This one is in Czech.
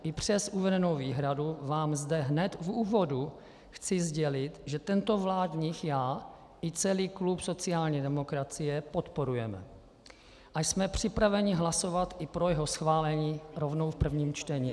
I přes uvedenou výhradu vám zde hned v úvodu chci sdělit, že tento vládní já i celý klub sociální demokracie podporujeme a jsme připraveni hlasovat i pro jeho schválení rovnou v prvním čtení.